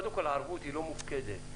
הערבות לא מופקדת,